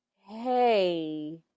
hey